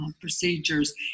procedures